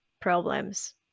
problems